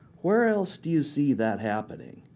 where else do you see that happening?